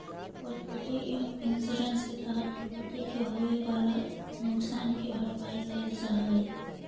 property insurance के तहत property के होवेऽ वाला नुकसान के भरपाई कैल जा हई